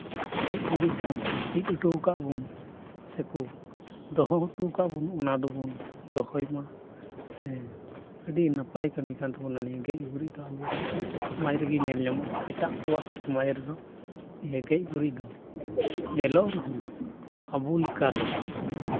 ᱜᱮᱡ ᱜᱩᱨᱤᱡ ᱡᱟᱦᱟᱸ ᱠᱚ ᱪᱮᱫ ᱦᱚᱴᱚᱣ ᱠᱟᱜ ᱵᱚᱱ ᱥᱮᱠᱚ ᱫᱚᱦᱚ ᱦᱚᱴᱚᱣ ᱠᱟᱜ ᱵᱚᱱ ᱚᱱᱟ ᱫᱚᱵᱚᱱ ᱫᱚᱦᱚᱭ ᱢᱟ ᱥᱮ ᱟᱹᱰᱤ ᱱᱟᱯᱟᱭ ᱠᱟᱹᱢᱤ ᱠᱟᱱ ᱛᱟᱵᱚᱱᱟ ᱱᱤᱭᱟᱹ ᱜᱮᱡ ᱜᱩᱨᱤᱡ ᱫᱚ ᱟᱵᱚᱣᱟᱜ ᱥᱚᱢᱟᱡᱽ ᱨᱮᱜᱮ ᱧᱮᱞ ᱧᱟᱢᱚᱜᱼᱟ ᱮᱴᱟᱜ ᱠᱚᱣᱟᱜ ᱥᱚᱢᱟᱡᱽ ᱨᱮᱫᱚ ᱱᱤᱭᱟᱹ ᱜᱮᱡ ᱜᱩᱨᱤᱡ ᱫᱚ ᱧᱮᱞᱚᱜ ᱨᱮᱦᱚᱸ ᱟᱵᱚ ᱞᱮᱠᱟ ᱫᱚ